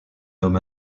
homme